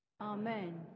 Amen